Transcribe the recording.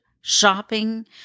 shopping